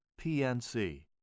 PNC